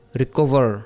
recover